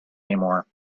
anymore